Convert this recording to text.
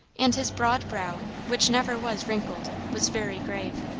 and his broad brow, which never was wrinkled, was very grave.